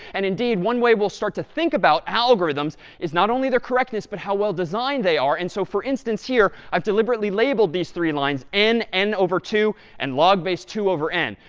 and indeed, one way we'll start to think about algorithms is not only their correctness, but how well designed they are. and so for instance here, i've deliberately labeled these three lines n, n over two, and log base two over n.